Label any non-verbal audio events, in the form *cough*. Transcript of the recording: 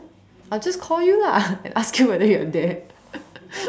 I will just call you lah and ask you whether you are there *laughs*